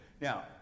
Now